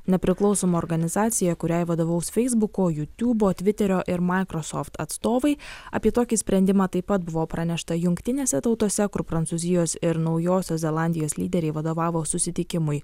nepriklausoma organizacija kuriai vadovaus feisbuko jutubo tviterio ir microsoft atstovai apie tokį sprendimą taip pat buvo pranešta jungtinėse tautose kur prancūzijos ir naujosios zelandijos lyderiai vadovavo susitikimui